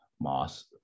Moss